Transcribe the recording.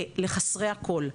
לחסרי הקול.